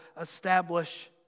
establish